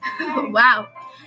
Wow